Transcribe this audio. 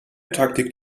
taktik